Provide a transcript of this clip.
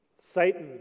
Satan